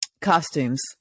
costumes